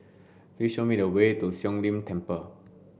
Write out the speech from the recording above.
please show me the way to Siong Lim Temple